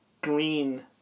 green